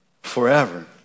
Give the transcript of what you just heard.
forever